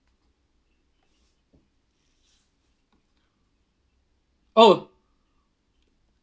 oh